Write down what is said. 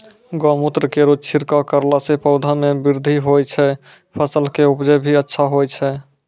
गौमूत्र केरो छिड़काव करला से पौधा मे बृद्धि होय छै फसल के उपजे भी अच्छा होय छै?